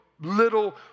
little